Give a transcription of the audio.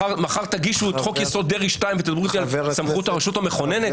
מחר תגישו את חוק יסוד דרעי 2 ותדברו איתי על סמכות הרשות המכוננת.